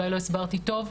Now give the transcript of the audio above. אולי לא הסברתי טוב,